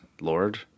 Lord